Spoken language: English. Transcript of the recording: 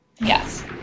yes